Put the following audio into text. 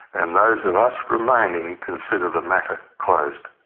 and those of us remaining consider the matter closed.